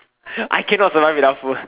I can not survive without food